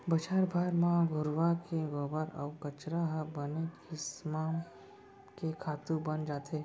बछर भर म घुरूवा के गोबर अउ कचरा ह बने किसम के खातू बन जाथे